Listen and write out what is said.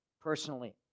personally